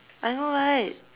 I know right